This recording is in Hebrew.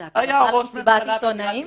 זו התחלה של מסיבת עיתונאים?